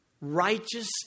righteous